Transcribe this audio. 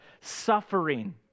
suffering